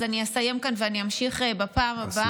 אז אני אסיים כאן ואמשיך בפעם הבאה.